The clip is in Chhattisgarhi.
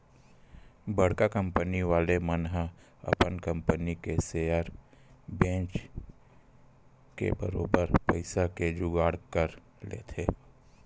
बड़का कंपनी वाले मन ह अपन कंपनी के सेयर बेंच के बरोबर पइसा के जुगाड़ कर लेथे